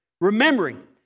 remembering